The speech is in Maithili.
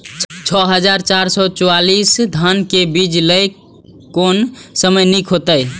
छः हजार चार सौ चव्वालीस धान के बीज लय कोन समय निक हायत?